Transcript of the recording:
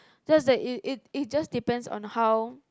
just that it it it just depends on how